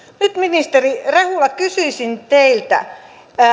nyt ministeri rehula kysyisin teiltä